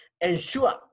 Ensure